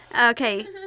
Okay